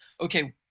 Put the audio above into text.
Okay